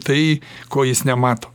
tai ko jis nemato